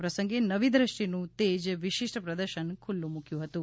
આ પ્રસંગે નવી દૃષ્ટિનું તેજ વિશિષ્ટ પ્રદર્શન ખુલ્લું મુક્યું હતું